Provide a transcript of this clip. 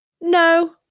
No